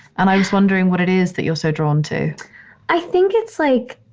and i was wondering what it is that you're so drawn to i think it's like,